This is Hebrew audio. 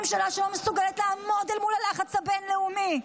ממשלה שלא מסוגלת לעמוד מול הלחץ הבין-לאומי,